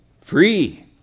free